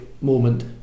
moment